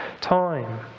time